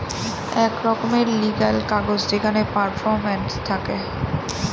এক রকমের লিগ্যাল কাগজ যেখানে পারফরম্যান্স থাকে